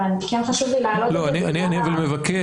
אבל כן חשוב לי להעלות את --- אני מבקש,